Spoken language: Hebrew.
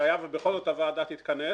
שהיה ובכל זאת הוועדה תתכנס,